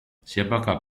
siapakah